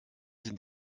sind